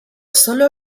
sólo